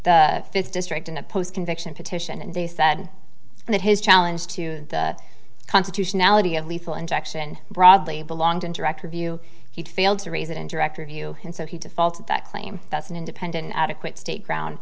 the fifth district in a post conviction petition and they said that his challenge to the constitutionality of lethal injection broadly belonged in director view he failed to raise it in direct or you can so he default that claim that's an independent adequate state ground